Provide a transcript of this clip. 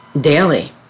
daily